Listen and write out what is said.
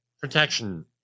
protection